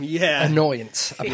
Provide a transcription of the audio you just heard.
Annoyance